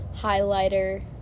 highlighter